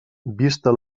vista